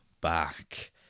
back